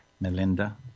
Melinda